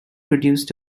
produced